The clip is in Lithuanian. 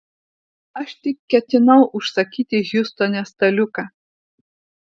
aš tik ketinau užsakyti hjustone staliuką